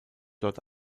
dort